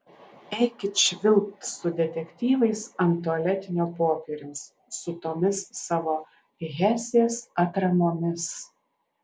eikit švilpt su detektyvais ant tualetinio popieriaus su tomis savo hesės atramomis